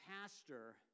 pastor